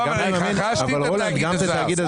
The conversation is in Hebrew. רכשתי את התאגיד הזר.